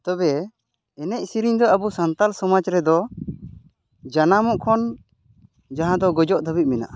ᱛᱚᱵᱮ ᱮᱱᱮᱡ ᱥᱮᱨᱮᱧ ᱫᱚ ᱟᱵᱚ ᱥᱟᱱᱛᱟᱲ ᱥᱚᱢᱟᱡᱽ ᱨᱮᱫᱚ ᱡᱟᱱᱟᱢᱚᱜ ᱠᱷᱚᱱ ᱡᱟᱦᱟᱸ ᱫᱚ ᱜᱚᱡᱚᱜ ᱫᱷᱟᱹᱵᱤᱡ ᱢᱮᱱᱟᱜᱼᱟ